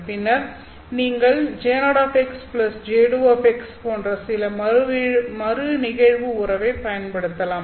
பின்னர் நீங்கள் J0 J2 போன்ற சில மறுநிகழ்வு உறவைப் பயன்படுத்தலாம்